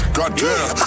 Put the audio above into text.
goddamn